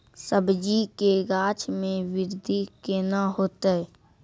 सब्जी के गाछ मे बृद्धि कैना होतै?